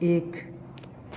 एक